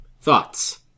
Thoughts